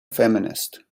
feminist